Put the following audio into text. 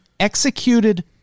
executed